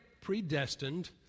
predestined